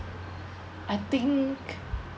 I think